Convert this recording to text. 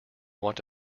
want